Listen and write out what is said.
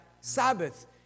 Sabbath